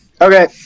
Okay